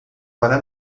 para